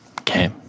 Okay